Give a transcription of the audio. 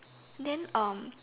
then ah